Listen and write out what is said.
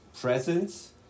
presence